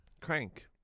Crank